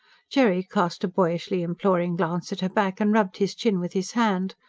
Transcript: jerry cast a boyishly imploring glance at her back, and rubbed his chin with his hand.